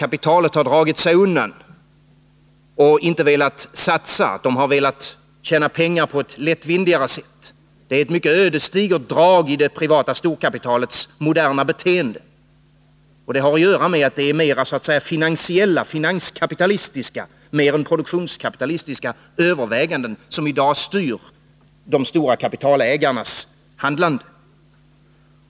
Man har inte velat satsa på denna bransch, utan man har velat tjäna pengar på ett lättvindigare sätt. Det är ett mycket ödesdigert drag i det privata storkapitalets moderna beteende. Det har att göra med att mer finanskapitalistiska än produktionskapitalistiska överväganden i dag styr de stora kapitalägarnas handlande.